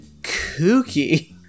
kooky